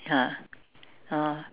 ah oh